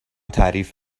تعریف